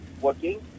working